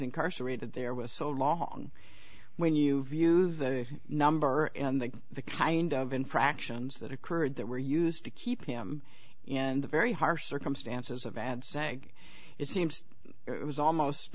incarcerated there was so long when you view the number that the kind of infractions that occurred that were used to keep him in the very harsh circumstances of bad sag it seems it was almost